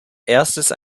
erstes